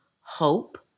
hope